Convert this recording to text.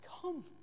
come